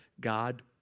God